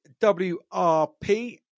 WRP